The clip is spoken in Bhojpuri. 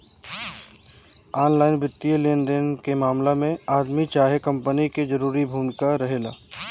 ऑनलाइन वित्तीय लेनदेन के मामला में आदमी चाहे कंपनी के जरूरी भूमिका रहेला